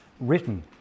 written